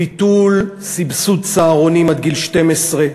ביטול סבסוד צהרונים עד גיל 12,